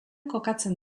kokatzen